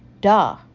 Duh